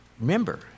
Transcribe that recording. remember